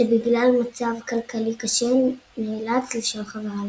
שבגלל מצב כלכלי קשה נאלץ לשאול חליפה מחבר.